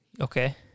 Okay